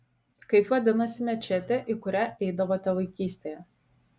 kaip vadinasi mečetė į kurią eidavote vaikystėje